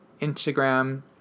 Instagram